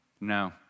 no